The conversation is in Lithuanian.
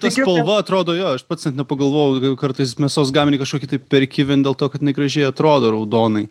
ta spalva atrodo jo aš pats net nepagalvojau kartais mėsos gaminį kažkokį tai perki vien dėl to kad jinai gražiai atrodo raudonai